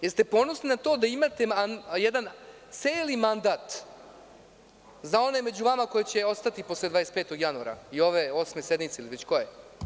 Jeste ponosni na to da imate jedan celi mandat za one među vama koji će ostati posle 25. januara i ove osme sednice ili već koje?